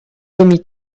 demi